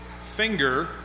finger